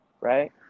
Right